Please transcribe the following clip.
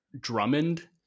Drummond